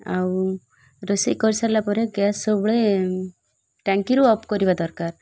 ଆଉ ରୋଷେଇ କରିସାରିଲା ପରେ ଗ୍ୟାସ୍ ସବୁବେଳେ ଟାଙ୍କିରୁ ଅଫ୍ କରିବା ଦରକାର